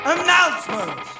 Announcement